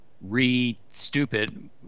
Re-stupid